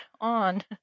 on